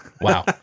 Wow